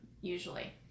usually